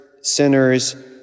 sinners